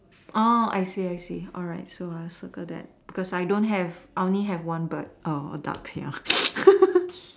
orh I see I see alright so I'll circle that because I don't have I only have one bird err a duck here